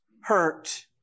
hurt